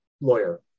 lawyer